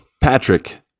Patrick